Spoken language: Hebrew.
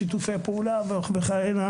שיתופי פעולה וכולי.